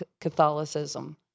Catholicism